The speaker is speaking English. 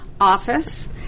office